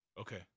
Okay